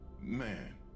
Man